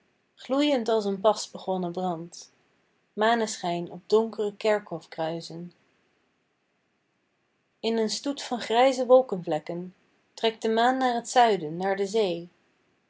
gloeiend als een pas begonnen brand maneschijn op donkere kerkhofkruicen in een stoet van grijze wolkenvlokken trekt de maan naar t zuiden naar de zee